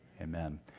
Amen